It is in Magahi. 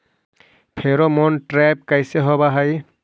फेरोमोन ट्रैप कैसे होब हई?